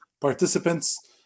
participants